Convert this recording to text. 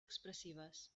expressives